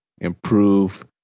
improve